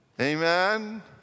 Amen